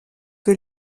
que